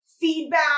feedback